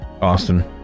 Austin